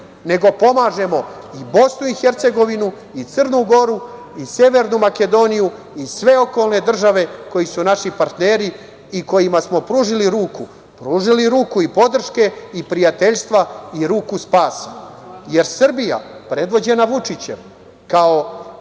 nego pomažemo i Bosnu i Hercegovinu, i Crnu Goru i Severnu Makedoniju i sve okolne države koje su naši partneri i kojima smo pružili ruku, pružili ruku podrške i prijateljstva i ruku spasa. Srbija predvođena Vučićem, kao